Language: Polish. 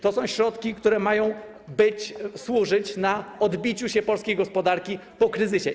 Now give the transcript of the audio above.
To są środki, które mają służyć odbiciu się polskiej gospodarki po kryzysie.